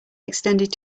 extended